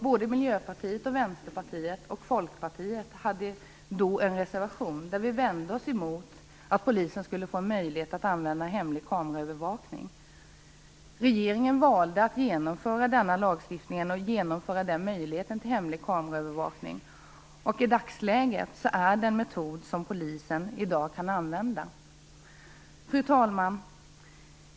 Både Miljöpartiet, Vänsterpartiet och Folkpartiet hade då en reservation i vilken vi vände oss emot att polisen skulle få möjlighet att använda hemlig kameraövervakning. Regeringen valde att genomföra denna lagstiftning och möjligheten till hemlig kameraövervakning, och i dagsläget är det en metod som polisen kan använda. Fru talman!